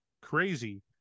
Crazy